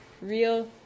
real